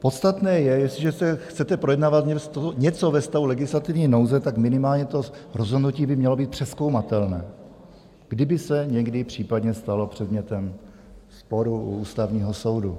Podstatné je, jestliže chcete projednávat něco ve stavu legislativní nouze, tak minimálně to rozhodnutí by mělo být přezkoumatelné, kdyby se někdy případně stalo předmětem sporu u Ústavního soudu.